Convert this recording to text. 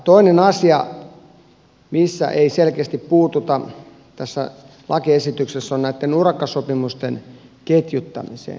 toinen asia mihin ei selkeästi puututa tässä lakiesityksessä on näitten urakkasopimusten ketjuttaminen